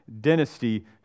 dynasty